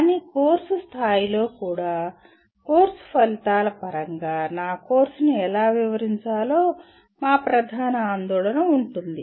కానీ కోర్సు స్థాయిలో కూడా కోర్సు ఫలితాల పరంగా నా కోర్సును ఎలా వివరించాలో మా ప్రధాన ఆందోళన ఉంటుంది